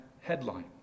headline